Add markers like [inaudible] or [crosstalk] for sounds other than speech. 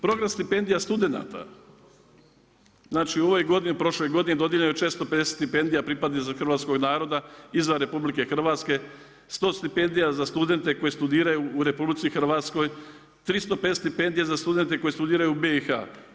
Program stipendija studenata, znači u ovoj godini, prošloj godini dodijeljeno je … [unintelligible] stipendija za pripadnike hrvatskog naroda izvan RH, 100 stipendija za studente koji studiraju u RH, 305 stipendija za studente koji studiraju u BiH-a.